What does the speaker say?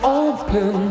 open